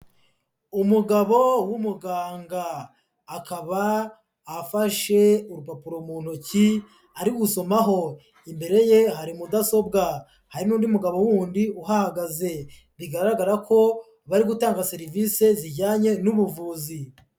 Umugabo w'umuganga, akaba afashe urupapuro mu ntoki ari gusomaho, imbere ye hari mudasobwa hari n'undi mugabo wundi uhahagaze bigaragara ko bari gutanga serivisi zijyanye n'ubuvuzi.